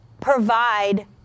provide